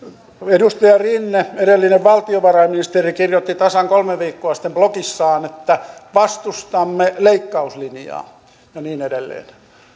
edustaja rinne edellinen valtiovarainministeri kirjoitti tasan kolme viikkoa sitten blogissaan että vastustamme leikkauslinjaa ja niin edelleen